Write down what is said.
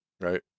Right